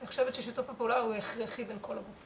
אני חושבת ששיתוף הפעולה הוא הכרחי בין כל הגופים.